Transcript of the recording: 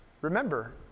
Remember